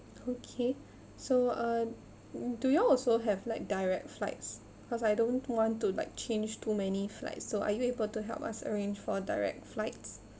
okay so uh do you all also have like direct flights cause I don't want to like change too many flights so are you able to help us arrange for direct flights